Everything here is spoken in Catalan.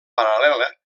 paral·lela